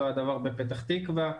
אותו הדבר בפתח תקווה.